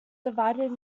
divided